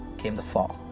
came the fall.